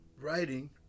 writing